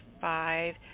five